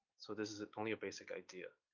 so this is only a basic idea.